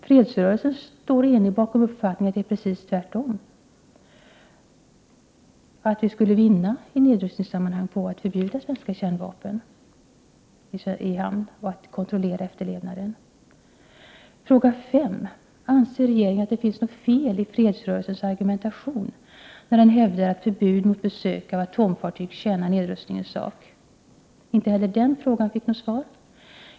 Fredsrörelsen står enig bakom uppfattningen att det är precis tvärtom, att vi skulle vinna i nedrustningssammanhang på att förbjuda kärnvapen i svensk hamn och på att kontrollera efterlevnaden härav. 5. Anser regeringen att det finns något fel i fredsrörelsens argumentation när den hävdar att förbud mot besök av atomfartyg tjänar nedrustningens sak? Inte heller den frågan fick något svar.